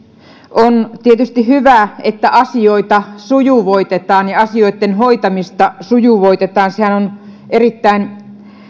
on tietysti hyvä että asioita sujuvoitetaan ja asioitten hoitamista sujuvoitetaan sehän on erittäin